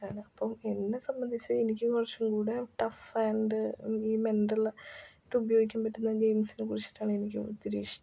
ആണ് അപ്പം എന്നെ സംബന്ധിച്ച് എനിക്ക് കുറച്ചും കൂടെ റ്റഫ്ഫ് ആന്ഡ് മെൻ്റലായിട്ട് ഉപയോഗിക്കാന് പറ്റുന്ന ഗെയ്മ്സിനെ കുറിച്ചിട്ടാണ് എനിക്ക് ഒത്തിരി ഇഷ്ടം